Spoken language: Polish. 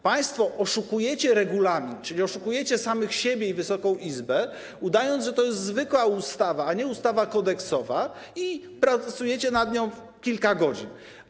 Państwo oszukujecie regulamin, czyli oszukujecie samych siebie i Wysoką Izbę, udając, że to jest zwykła ustawa, a nie ustawa kodeksowa, i pracujecie nad nią kilka godzin.